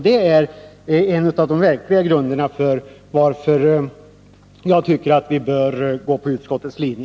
Det är ett av de verkligt starka skälen till att jag tycker att vi bör gå på utskottets linje.